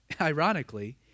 Ironically